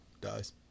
dies